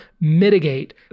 mitigate